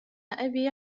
أبي